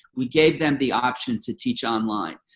we gave them the option to teach online.